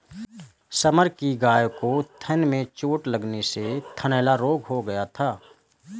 summer की गाय को थन में चोट लगने से थनैला रोग हो गया था